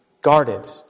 guarded